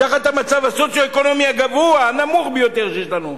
תחת המצב הסוציו-אקונומי הנמוך ביותר שיש לנו,